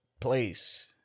place